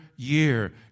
year